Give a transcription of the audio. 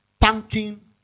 thanking